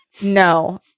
No